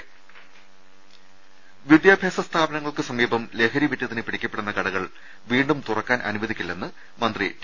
ശേക്ഷക്കങ്ങ വിദ്യാഭ്യാസ സ്ഥാപനങ്ങൾക്കു സമീപം ലഹരി വിറ്റതിന് പിടിക്കപ്പെടുന്ന കടകൾ വീണ്ടും തുറക്കാൻ അനു വദിക്കില്ലെന്ന് മുന്തി ടി